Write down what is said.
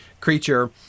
creature